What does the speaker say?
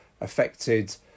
affected